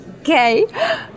Okay